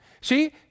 see